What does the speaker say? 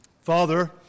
Father